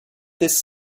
this